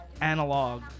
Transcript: analog